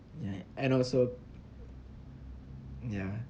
right and also ya